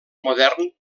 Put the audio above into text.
modern